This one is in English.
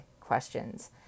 questions